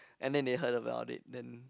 and then they heard about it then